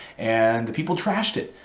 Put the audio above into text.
and the people trashed it.